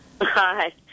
Hi